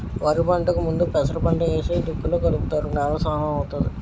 వరిపంటకు ముందు పెసరపంట ఏసి దుక్కిలో కలుపుతారు నేల సారం అవుతాది